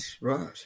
Right